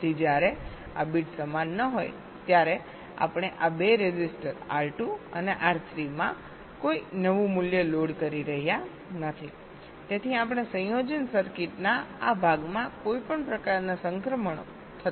તેથી જ્યારે આ બીટ સમાન ન હોય ત્યારે આપણે આ 2 રેઝિસ્ટર R2 અને R3 માં કોઈ નવું મૂલ્ય લોડ કરી રહ્યા નથી તેથી આપણે સંયોજન સર્કિટના આ ભાગમાં કોઈપણ પ્રકારના સંક્રમણો થતા અટકાવી રહ્યા છીએ